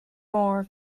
more